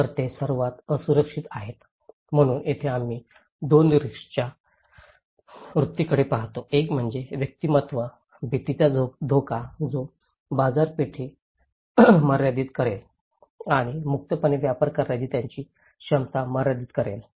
तर ते सर्वात असुरक्षित आहेत म्हणून येथे आम्ही 2 रिस्कच्या वृत्तीकडे पाहतो एक म्हणजे व्यक्तिमत्त्व भीतीचा धोका जो बाजारपेठ मर्यादित करेल आणि मुक्तपणे व्यापार करण्याची त्यांची क्षमता मर्यादित करेल